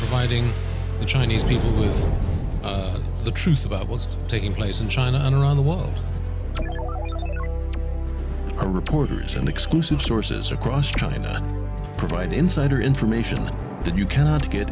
providing the chinese people with the truth about what's taking place in china and around the world are reporters and exclusive sources across china provide insider information that you cannot get